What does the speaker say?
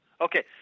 Okay